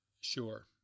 Sure